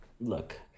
Look